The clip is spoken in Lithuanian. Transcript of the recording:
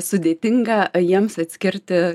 sudėtinga jiems atskirti